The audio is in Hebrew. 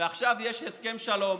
ועכשיו יש הסכם שלום